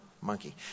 monkey